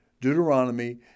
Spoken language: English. Deuteronomy